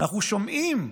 אנחנו שומעים: